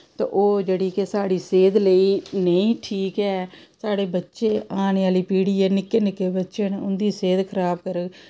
ते ओह् जेह्ड़ी केह् साढ़ी सेह्त लेई नेईं ठीक ऐ साढ़े बच्चे औने आह्ली पीढ़ी ऐ निक्के निक्के बच्चे न उं'दी सेह्त खराब करग